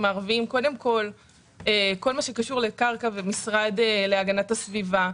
שמערבים את כל מה שקשור לקרקע והמשרד להגנת הסביבה,